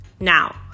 Now